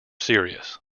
serious